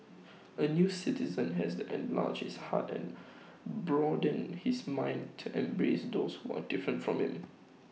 A new citizen has to enlarge his heart and broaden his mind to embrace those who are different from him